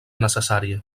necessària